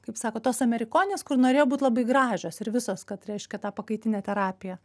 kaip sako tos amerikonės kur norėjo būt labai gražios ir visos kad reiškia tą pakaitinę terapiją